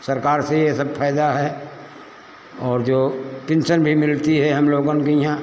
सरकार से ये सब फायदा है और जो पेन्सन भी मिलती है हम लोगन को यहाँ